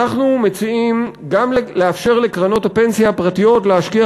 אנחנו מציעים גם לאפשר לקרנות הפנסיה הפרטיות להשקיע